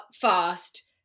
fast